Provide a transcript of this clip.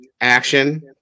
action